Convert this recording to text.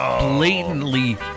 blatantly